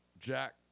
Jack